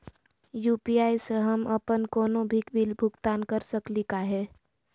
UPI स हम अप्पन कोनो भी बिल भुगतान कर सकली का हे?